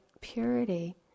purity